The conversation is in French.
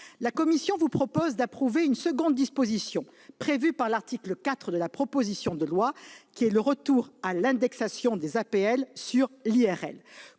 La commission vous propose d'approuver une seconde disposition, prévue à l'article 4 de la proposition de loi : le retour à l'indexation des APL sur l'IRL.